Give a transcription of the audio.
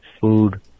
food